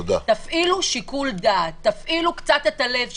תפעילו שיקול דעת, תפעילו קצת את הלב שלכם.